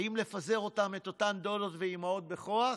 האם לפזר אותן, את אותן דודות ואימהות, בכוח?